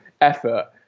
effort